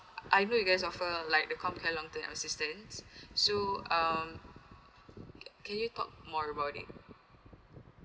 I know you guys offer like the com care long term assistance so um can you talk more about it